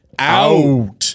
out